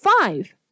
Five